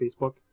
Facebook